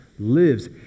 lives